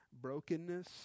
brokenness